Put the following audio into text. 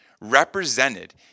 represented